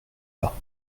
pas